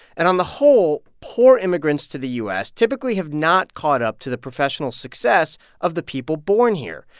and on the whole, poor immigrants to the u s. typically have not caught up to the professional success of the people born here,